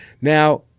Now